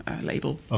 label